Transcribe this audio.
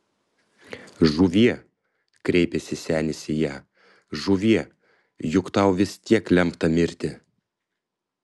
žuvie kreipėsi senis į ją žuvie juk tau vis tiek lemta mirti